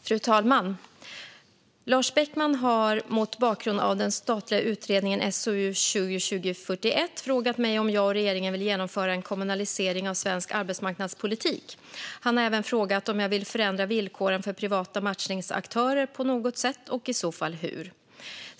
Fru talman! Lars Beckman har mot bakgrund av den statliga utredningen SOU 2020:41 frågat mig om jag och regeringen vill genomföra en kommunalisering av svensk arbetsmarknadspolitik. Han har även frågat om jag vill förändra villkoren för privata matchningsaktörer på något sätt och i så fall hur.